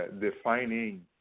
defining